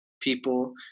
people